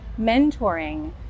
mentoring